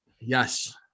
Yes